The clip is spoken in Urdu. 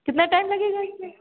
کتنا ٹائم لگے گا اس میں